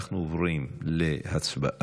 אנחנו עוברים להצבעה,